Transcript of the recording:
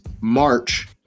March